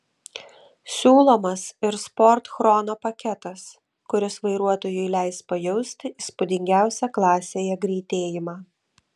siūlomas ir sport chrono paketas kuris vairuotojui leis pajausti įspūdingiausią klasėje greitėjimą